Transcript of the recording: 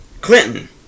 Clinton